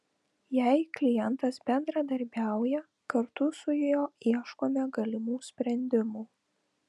jei klientas bendradarbiauja kartu su juo ieškome galimų sprendimų